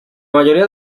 mayoría